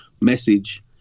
message